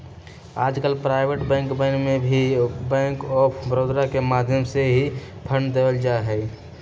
आजकल प्राइवेट बैंकवन के भी बैंक आफ बडौदा के माध्यम से ही फंड देवल जाहई